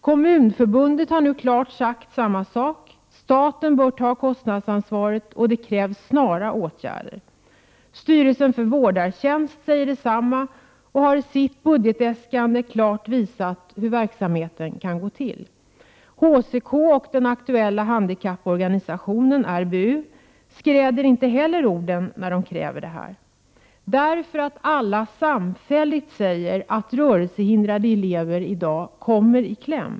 Kommunförbundet har klart sagt samma sak: Staten bör ta kostnadsansvaret, och det krävs snara åtgärder. Styrelsen för vårdartjänst säger detsamma och har i sitt budgetäskande klart visat hur verksamheten kan gå till. HCK och den aktuella handikapporganisationen RBU skräder heller inte orden när de kräver detta. Alla säger samfällt att rörelsehindrade elever i dag kommer i kläm.